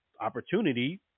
opportunity